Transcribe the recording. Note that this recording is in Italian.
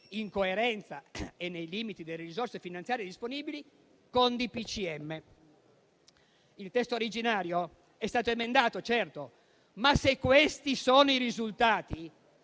in coerenza e nei limiti delle risorse finanziarie disponibili, con DPCM. Il testo originario è stato emendato, certo; ma, se questi sono i risultati,